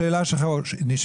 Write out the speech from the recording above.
השאלה שלך נשמעה.